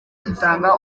gitanga